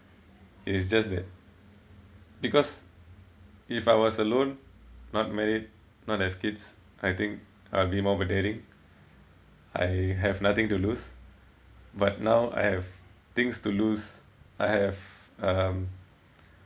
it is just that because if I was alone not married not have kids I think I'll be more of a daring I have nothing to lose but now I have things to lose I have um